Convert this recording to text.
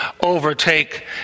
overtake